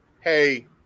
hey